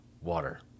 water